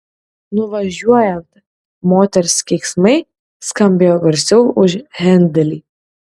nuvažiuojant moters keiksmai skambėjo garsiau už hendelį